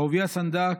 אהוביה סנדק,